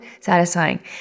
satisfying